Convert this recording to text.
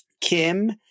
Kim